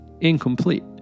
incomplete